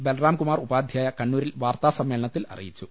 ബൽറാം കുമാർ ഉപാധ്യായ കണ്ണൂരിൽ വാർത്താസമ്മേളനത്തിൽ അറിയിച്ചു